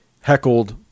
heckled